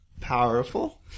powerful